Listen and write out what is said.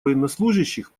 военнослужащих